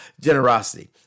generosity